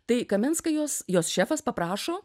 tai kamenskajos jos šefas paprašo